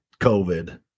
COVID